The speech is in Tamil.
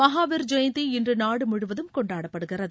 மகாவீர் ஜெயந்தி இன்று நாடு முழுவதும் கொண்டாடப்படுகிறது